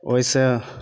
ओहिसे